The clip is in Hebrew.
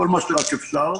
כל מה שרק אפשר.